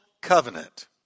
covenant